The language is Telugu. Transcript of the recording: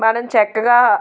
మనం చక్కగా